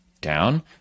down